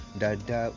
dada